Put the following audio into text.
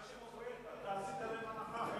עשית להם הנחה.